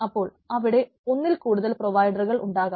അപ്പോൾ അവിടെ ഒന്നിൽ കൂടുതൽ പ്രൊവൈഡറുകൾ ഉണ്ടാകാം